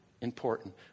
important